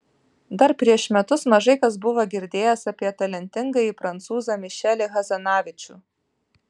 dar prieš metus mažai kas buvo girdėjęs apie talentingąjį prancūzą mišelį hazanavičių